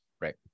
Right